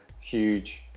huge